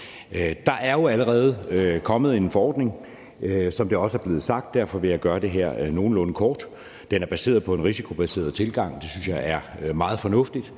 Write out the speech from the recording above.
Der er jo allerede kommet en forordning, som det også er blevet sagt, og derfor vil jeg gøre det her nogenlunde kort. Den er baseret på en risikobaseret tilgang, og det synes jeg er meget fornuftigt.